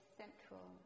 central